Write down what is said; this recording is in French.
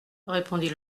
répondit